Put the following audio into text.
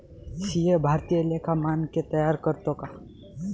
CA भारतीय लेखा मानके तयार करतो का